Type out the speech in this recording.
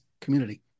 community